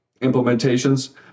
implementations